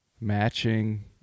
matching